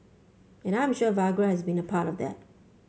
and I am sure Viagra has been a part of that